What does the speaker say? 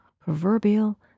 proverbial